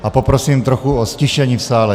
A poprosím trochu o ztišení v sále.